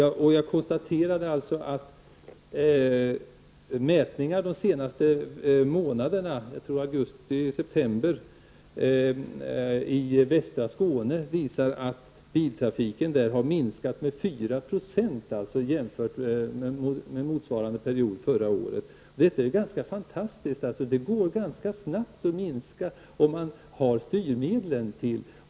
Jag konstaterade alltså att mätningar de senaste månaderna, augusti--september, i västra Skåne visar att biltrafiken där har minskat med 4 % jämfört med motsvarande period förra året. Det är ganska fantastiskt. Det går ganska snabbt att minska om man har styrmedel.